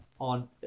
on